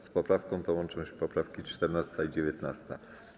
Z poprawką tą łączą się poprawki 14. i 19.